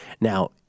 Now